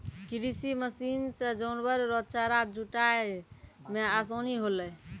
कृषि मशीन से जानवर रो चारा जुटाय मे आसानी होलै